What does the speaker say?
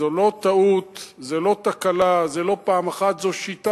זו לא טעות, זו לא תקלה, זה לא פעם אחת, זו שיטה,